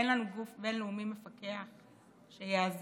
אין לנו גוף בין-לאומי מפקח שיאזן,